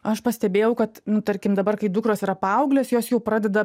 aš pastebėjau kad nu tarkim dabar kai dukros yra paauglės jos jau pradeda